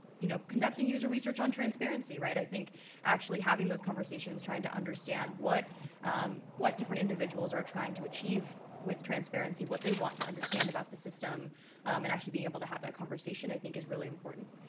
you know, conducting user research on transparency. right? i think actually having those conversations, trying to understand what what different individuals are trying to achieve with transparency, what they want to understand about the system and. a being able to have that conversation i think is really important.